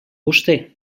vostè